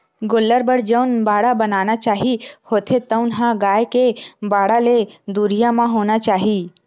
गोल्लर बर जउन बाड़ा बनाना चाही होथे तउन ह गाय के बाड़ा ले दुरिहा म होना चाही